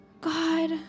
God